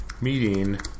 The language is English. meeting